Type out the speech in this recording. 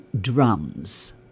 drums